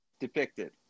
depicted